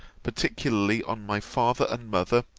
particularly on my father and mother,